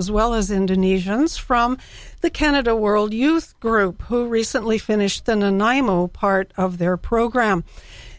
as well as indonesians from the canada world youth group who recently finished the ny mo part of their program